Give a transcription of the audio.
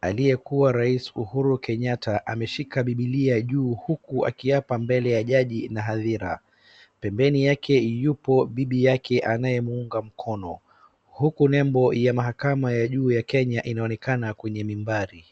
aliyekuwa rais Uhuru Kenyatta ameshika bibilia juu huku akiapa mbele ya jadi na hadhira. Pembeni yake yupo bibi yake anayemuunga mkono, huku nembo ya mahakama ya juu ya Kenya inaonekana kwenye mimbari.